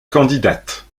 candidate